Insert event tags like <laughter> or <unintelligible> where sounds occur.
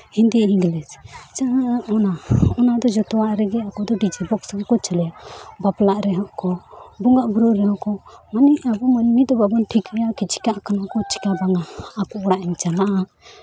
Hindi English ᱚᱱᱟ ᱚᱱᱟ ᱫᱚ ᱡᱚᱛᱚᱣᱟᱜ ᱨᱮᱜᱮ ᱟᱵᱚᱫᱚ ᱰᱤᱡᱮ ᱵᱚᱠᱥ ᱠᱚᱵᱚᱱ ᱪᱟᱹᱞᱩᱭᱟ ᱵᱟᱯᱞᱟᱜ ᱨᱮᱦᱚᱸ ᱠᱚ ᱵᱚᱸᱜᱟᱼᱵᱩᱨᱩᱜ ᱨᱮᱦᱚᱸ ᱠᱚ ᱢᱟᱱᱮ ᱟᱵᱚ ᱢᱟᱹᱱᱢᱤ ᱫᱚ ᱵᱟᱵᱚᱱ ᱴᱷᱤᱠ <unintelligible> ᱪᱤᱠᱟᱹᱜ ᱠᱟᱱᱟ ᱠᱚ ᱪᱤᱠᱟᱹ ᱵᱟᱝᱟ ᱟᱠᱚ ᱚᱲᱟᱜ ᱤᱧ ᱪᱟᱞᱟᱜᱼᱟ